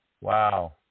wow